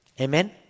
Amen